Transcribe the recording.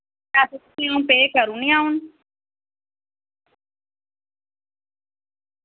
पैसे तुसें आऊं पे करूनी आं हु'न